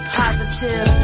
positive